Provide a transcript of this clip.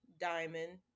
Diamond